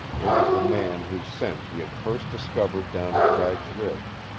it was the man whose scent he had first discovered down at cragg's ridge,